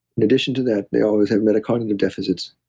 in addition to that, they always have metacognitive deficits.